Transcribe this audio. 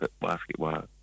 basketball